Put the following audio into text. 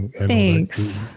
Thanks